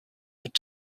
mit